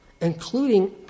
including